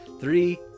Three